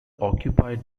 occupied